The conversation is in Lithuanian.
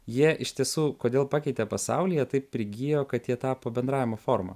jie iš tiesų kodėl pakeitė pasaulį jie taip prigijo kad jie tapo bendravimo forma